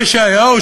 וישעיהו,